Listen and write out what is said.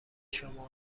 شما